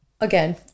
again